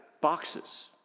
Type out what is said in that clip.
Boxes